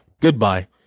goodbye